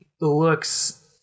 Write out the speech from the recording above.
looks